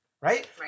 Right